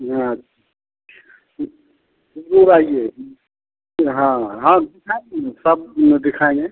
यहाँ ज़रूर आइए हाँ हाँ दिखाऍंगे न सब न दिखाएँगे